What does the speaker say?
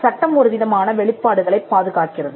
சட்டம் ஒரு விதமான வெளிப்பாடுகளைப் பாதுகாக்கிறது